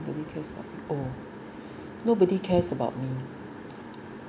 nobody care about oh nobody cares about